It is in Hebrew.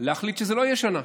להחליט שזה לא יהיה שנה,